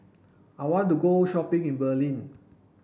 I want to go shopping in Berlin